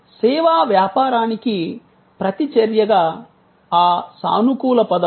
సేవా వ్యాపారానికి ప్రతి చర్యగా ఆ సానుకూల పదం అవసరం